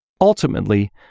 Ultimately